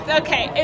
okay